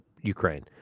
Ukraine